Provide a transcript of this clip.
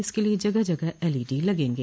इसके लिये जगह जगह एलईडी लगेंगे